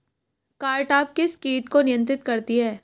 Cartap किस किट को नियंत्रित करती है?